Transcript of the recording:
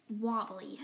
wobbly